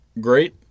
great